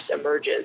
emerges